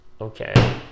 Okay